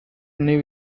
new